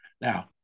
Now